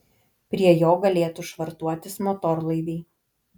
prie jo galėtų švartuotis motorlaiviai